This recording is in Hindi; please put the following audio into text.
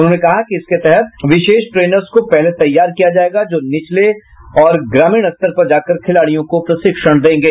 उन्होंने कहा कि इसके तहत विशेष ट्रेनर्स को पहले तैयार किया जायेगा जो निचले और ग्रामीण स्तर पर जाकर खिलाड़ियों को प्रशिक्षण देंगे